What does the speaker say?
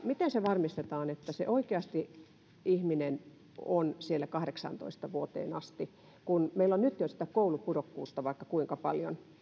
miten varmistetaan se että oikeasti ihminen on siellä kahdeksaantoista vuoteen asti kun meillä on nyt jo sitä koulupudokkuutta vaikka kuinka paljon